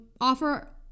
Offer